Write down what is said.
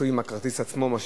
הסוכנים בישראל אינו מוסדר בחוק,